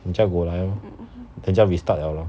你叫狗来 lor then 就要 restart 了 lor